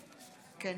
דיין,